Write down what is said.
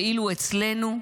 ואילו אצלנו,